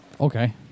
Okay